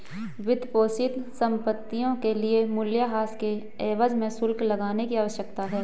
वित्तपोषित संपत्तियों के लिए मूल्यह्रास के एवज में शुल्क लगाने की आवश्यकता है